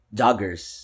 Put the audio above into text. joggers